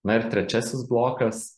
na ir trečiasis blokas